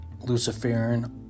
Luciferian